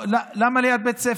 למה ליד בית ספר?